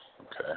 Okay